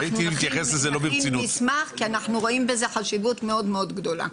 נכין מסמך כי אנחנו מייחסים לכך חשיבות מאוד גדולה.